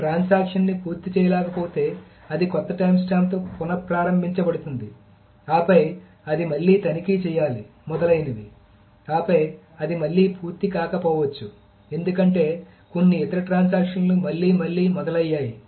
ఒక ట్రాన్సాక్షన్ ని పూర్తి చేయలేకపోతే అది కొత్త టైమ్స్టాంప్తో పునః ప్రారంభించబడుతుంది ఆపై అది మళ్లీ తనిఖీ చేయాలి మొదలైనవి ఆపై అది మళ్లీ పూర్తి కాకపోవచ్చు ఎందుకంటే కొన్ని ఇతర ట్రాన్సాక్షన్ లు మళ్లీ మళ్లీ మొదలయ్యాయి